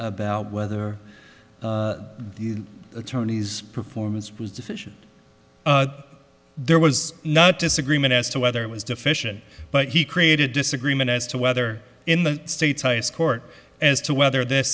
about whether the attorneys performance was deficient there was not disagreement as to whether it was deficient but he created disagreement as to whether in the state's highest court as to whether th